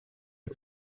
you